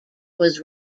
was